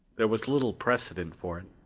there was little precedent for it.